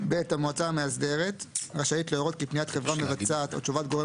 (ב)המועצה המאסדרת רשאית להורות כי פניית חברה מבצעת או תשובת גורם